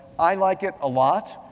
i like it a lot.